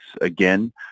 again